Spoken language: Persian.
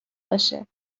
باشه